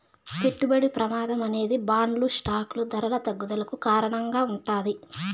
పెట్టుబడి ప్రమాదం అనేది బాండ్లు స్టాకులు ధరల తగ్గుదలకు కారణంగా ఉంటాది